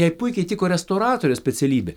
jai puikiai tiko restauratorės specialybė